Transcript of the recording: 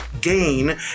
gain